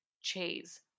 cheese